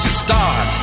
start